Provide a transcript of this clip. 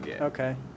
Okay